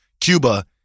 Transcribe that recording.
Cuba